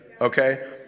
Okay